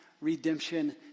Redemption